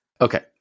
Okay